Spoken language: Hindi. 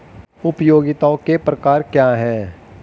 उपयोगिताओं के प्रकार क्या हैं?